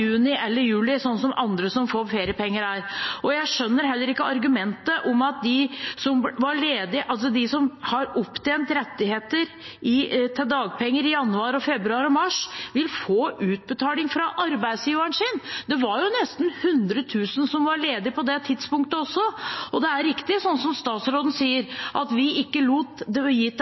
juni eller juli, som for andre som får feriepenger. Jeg skjønner heller ikke argumentet om at de som har opptjent rettigheter til dagpenger i januar, februar og mars, vil få utbetaling fra arbeidsgiveren sin. Det var nesten 100 000 som var ledige på det tidspunktet også. Det er riktig som statsråden sier, at vi ikke lot det